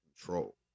control